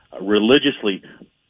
religiously